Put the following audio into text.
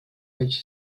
mieć